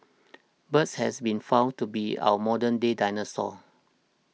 birds have been found to be our modern day dinosaurs